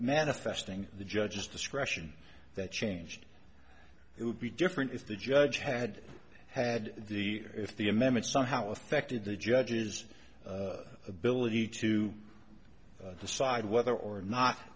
manifesting the judge's discretion that changed it would be different if the judge had had the if the amendment somehow affected the judge's ability to decide whether or not